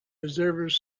observers